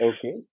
Okay